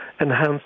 enhance